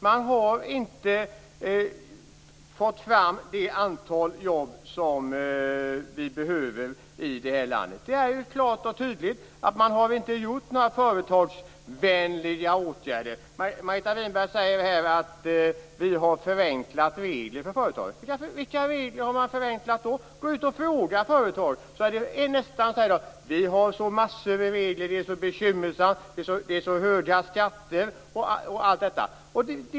Man har inte fått fram det antal jobb som vi behöver i det här landet. Det är klart och tydligt att man inte har vidtagit några företagsvänliga åtgärder. Margareta Winberg säger att man har förenklat regler för företagen. Vilka regler har man då förenklat? Gå ut och fråga företagen så kommer de att säga: Det är massor med regler, det är så bekymmersamt och det är så höga skatter.